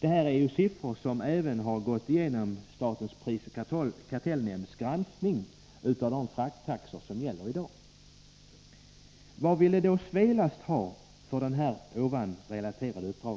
Detta är en siffra som även har gått igenom statens Nr 28 prisoch kartellnämnds granskning av de frakttaxor som gäller i dag. Måndagen den Vad ville då Svelast har för detta relaterade uppdrag?